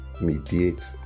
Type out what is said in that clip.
mediate